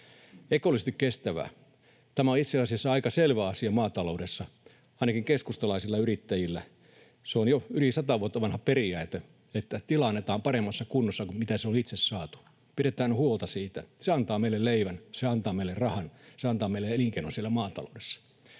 Ekologisesti kestävää — tämä on itse asiassa aika selvä asia maataloudessa, ainakin keskustalaisilla yrittäjillä. On jo yli sata vuotta vanha periaate, että tila annetaan paremmassa kunnossa kuin mitä se on itse saatu, pidetään huolta siitä. Se antaa meille leivän, se antaa meille rahan, se antaa meille elinkeinon siellä maataloudessa.